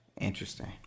Interesting